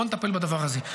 בואו נטפל בדבר הזה.